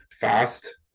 fast